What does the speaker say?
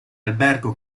albergo